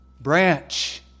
branch